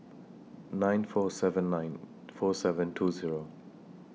nine four seven nine four seven two Zero